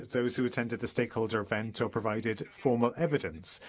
those who attended the stakeholder event or provided formal evidence.